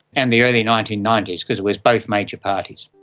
and the early nineteen ninety s, because it was both major parties.